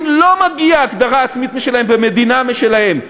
לא מגיעה הגדרה עצמית משלהם ומדינה משלהם,